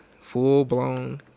full-blown